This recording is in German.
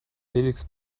felix